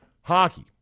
Hockey